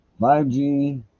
5G